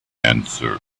answer